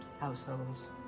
households